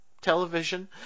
television